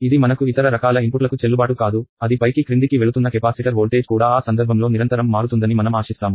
ఇది మనకు ఇతర రకాల ఇన్పుట్లకు చెల్లుబాటు కాదు అది పైకి క్రిందికి వెళుతున్న కెపాసిటర్ వోల్టేజ్ కూడా ఆ సందర్భంలో నిరంతరం మారుతుందని మనం ఆశిస్తాము